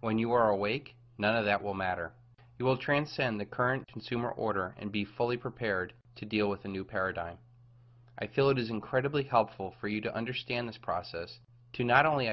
when you are awake none of that will matter you will transcend the current consumer order and be fully prepared to deal with a new paradigm i feel it is incredibly helpful for you to understand this process to not only